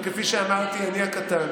וכפי שאמרתי אני הקטן,